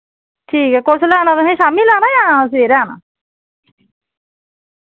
ठीक ऐ कुसलै आना तुसें शाम्मी लै आना यां सवेरै आना